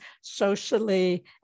socially